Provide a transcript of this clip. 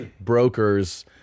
broker's